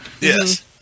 Yes